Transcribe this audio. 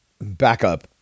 backup